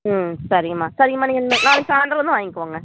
ம் சரிங்க அம்மா சரிங்க அம்மா நீங்கள் இன்னும் நாளைக்கு சாய்ந்தரம் வந்து வாங்கிக்கோங்க